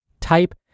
type